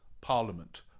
parliament